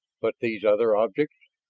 but these other objects.